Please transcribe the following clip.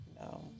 No